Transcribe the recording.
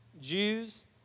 Jews